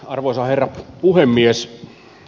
arvoisa herra puhemies